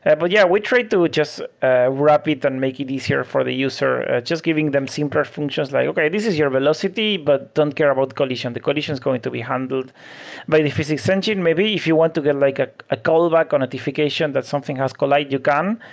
and but yeah, we try to just ah wrap it and make it easier for the user. just giving them simpler functions like, okay, this is your velocity, but don't care about the collision. the collision is going to be handled but by the physics engine. maybe if you want to get like a ah callback or notification that something has collide, you can.